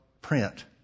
print